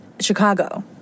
Chicago